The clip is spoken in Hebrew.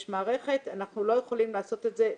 יש מערכת, אנחנו לא יכולים לעשות את זה במיידי.